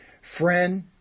Friend